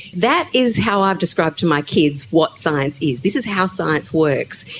that is how i've described to my kids what science is. this is how science works,